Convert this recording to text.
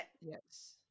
Yes